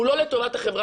הוא לא לטובת החברה,